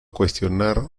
cuestionar